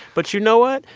but you know what?